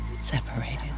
separated